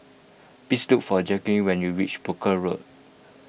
please look for Jacqulyn when you reach Brooke Road